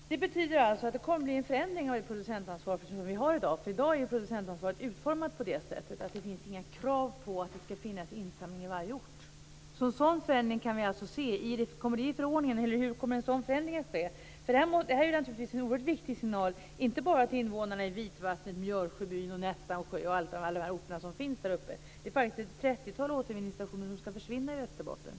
Fru talman! Det betyder alltså att det kommer att bli en förändring av det producentansvar som vi har i dag. I dag är ju producentansvaret utformat på det sättet att det inte finns några krav på att det skall finnas insamling på varje ort. En sådan förändring kan vi alltså få se. Kommer den i förordningen, eller hur kommer en sådan förändring att ske? Det här är naturligtvis en oerhört viktig signal inte bara till invånarna i Vitvattnet, Mjörsjöby, Nästansjö och alla de orter som finns där uppe; det är faktiskt ett Västerbotten.